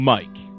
Mike